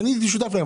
שהייתי שותף להן,